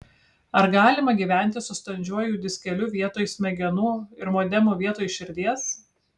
ar galima gyventi su standžiuoju diskeliu vietoj smegenų ir modemu vietoj širdies